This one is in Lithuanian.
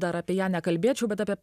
dar apie ją nekalbėčiau bet apie